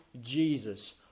Jesus